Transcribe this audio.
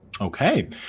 Okay